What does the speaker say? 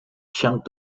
chung